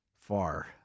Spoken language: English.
far